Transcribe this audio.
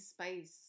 space